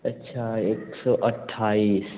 अच्छा एक सौ अट्ठाईस